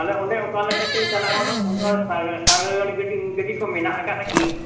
ᱛᱟᱦᱚᱞᱮ ᱚᱸᱰᱮ ᱚᱠᱟ ᱞᱮᱠᱟᱛᱮᱧ ᱪᱟᱞᱟᱣᱼᱟ ᱚᱱᱠᱟ ᱥᱟᱜ ᱥᱟᱜᱟᱲ ᱜᱟᱹᱰᱤ ᱜᱟᱹᱰᱤ ᱠᱚ ᱢᱮᱱᱟᱜ ᱠᱟᱜᱼᱟ ᱠᱤ